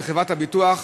בחברת הביטוח,